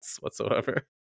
whatsoever